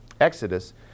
Exodus